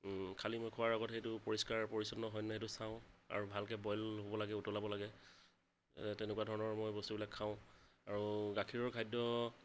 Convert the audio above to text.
খালী মই খোৱাৰ আগত সেইটো পৰিষ্কাৰ পৰিচন্ন হয়নে নাই সেইটো চাওঁ আৰু ভালকে বইল হ'ব লাগে উতলাব লাগে তেনেকুৱা ধৰণৰ মই বস্তুবিলাক খাওঁ আৰু গাখীৰৰ খাদ্য